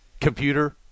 computer